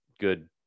good